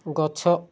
ଗଛ